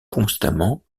constamment